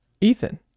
Ethan